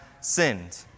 sinned